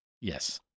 Yes